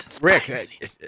Rick